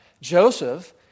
Joseph